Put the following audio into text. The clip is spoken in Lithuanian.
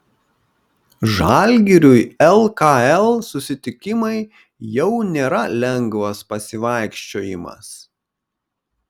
žalgiriui lkl susitikimai jau nėra lengvas pasivaikščiojimas